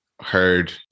heard